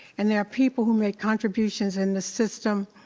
and there are people who make contributions in this system,